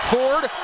Ford